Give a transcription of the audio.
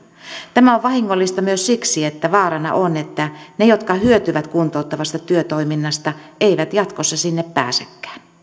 tämä on vahingollista myös siksi että vaarana on että ne jotka hyötyvät kuntouttavasta työtoiminnasta eivät jatkossa sinne pääsekään